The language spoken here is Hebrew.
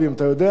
אתה יודע,